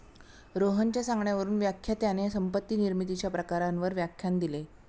रोहनच्या सांगण्यावरून व्याख्यात्याने संपत्ती निर्मितीच्या प्रकारांवर व्याख्यान दिले